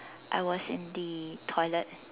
I was in the toilet